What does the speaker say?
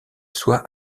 soit